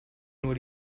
nur